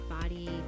body